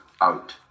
out